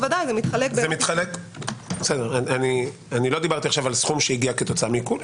לא דיברתי על סכום שהגיע כתוצאה מעיקול,